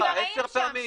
כבר היינו שם.